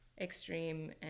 extreme